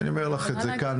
אני אומר לך את זה כאן,